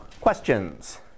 questions